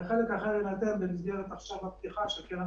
ויעידו האנשים שנמצאים פה בקרב האורחים של הוועדה,